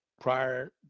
prior